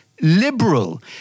Liberal